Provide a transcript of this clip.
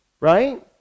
right